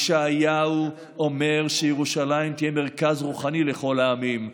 ישעיהו אומר שירושלים תהיה מרכז רוחני לכל העמים,